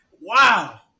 Wow